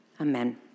Amen